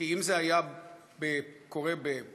כי אם זה היה קורה בפרו,